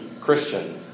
Christian